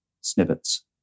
snippets